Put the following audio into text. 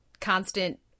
constant